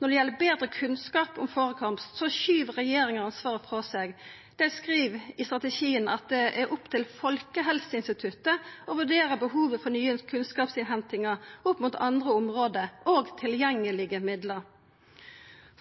Når det gjeld betre kunnskap om førekomst, skyv regjeringa ansvaret frå seg. Dei skriv i strategien at det er opp til Folkehelseinstituttet å vurdera behovet for nye kunnskapsinnhentingar opp mot andre område og tilgjengelege midlar.